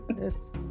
Yes